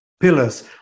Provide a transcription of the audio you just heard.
pillars